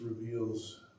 reveals